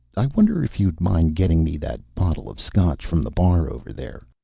i wonder if you'd mind getting me that bottle of scotch from the bar over there.